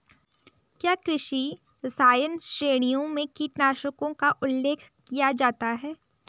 क्या कृषि रसायन श्रेणियों में कीटनाशकों का उल्लेख किया जाता है?